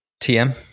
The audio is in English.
TM